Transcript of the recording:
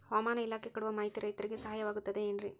ಹವಮಾನ ಇಲಾಖೆ ಕೊಡುವ ಮಾಹಿತಿ ರೈತರಿಗೆ ಸಹಾಯವಾಗುತ್ತದೆ ಏನ್ರಿ?